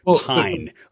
pine